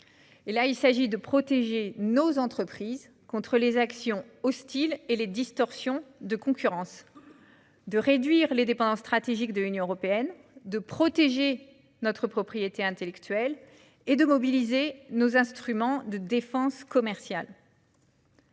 Il s'agit de protéger nos entreprises contre les actions hostiles et les distorsions de concurrence, de réduire les dépendances stratégiques de l'UE, de protéger notre propriété intellectuelle et de mobiliser nos instruments de défense commerciale.